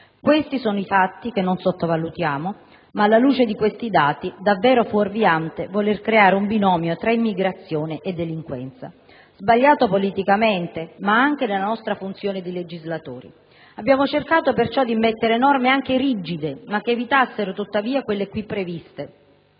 Questi sono i fatti che non sottovalutiamo, ma, alla luce di questi dati, è davvero fuorviante voler creare un binomio tra immigrazione e delinquenza, sbagliato politicamente, oltre che nella nostra funzione di legislatori. Abbiamo cercato, perciò, di immettere norme anche rigide, ma che evitassero, tuttavia, quelle qui previste.